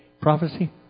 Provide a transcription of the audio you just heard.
Prophecy